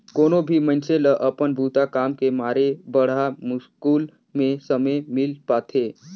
कोनो भी मइनसे ल अपन बूता काम के मारे बड़ा मुस्कुल में समे मिल पाथें